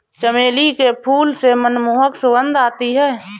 चमेली के फूल से मनमोहक सुगंध आती है